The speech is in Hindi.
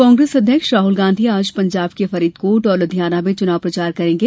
कांग्रेस अध्यक्ष राहुल गांधी आज पंजाब के फरीदकोट और लुधियाना में चुनाव प्रचार करेंगे